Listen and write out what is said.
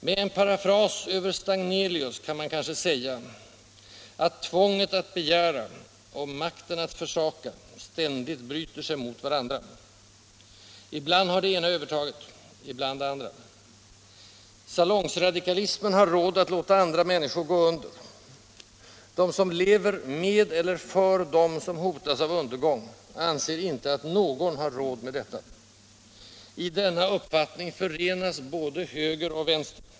Med en parafras över Stagnelius kan man kanske säga att ”tvånget att begära” och ”makten att försaka” ständigt bryter sig mot varandra. Ibland har det ena övertaget, ibland det andra. Salungsradikalismen har råd att låta andra människor gå under. De som lever med eller för dem som hotas av undergång anser inte att någon har råd med detta. I denna uppfattning förenas både höger och vänster.